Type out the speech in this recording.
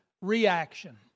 reaction